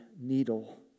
needle